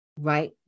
Right